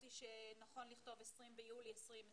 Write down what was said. חשבתי שנכון לכתוב 20 ביולי 2020